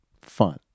fun